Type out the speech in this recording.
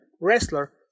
wrestler